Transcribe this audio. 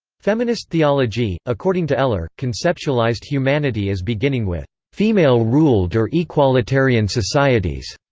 feminist thealogy, according to eller, conceptualized humanity as beginning with female-ruled or equalitarian societies,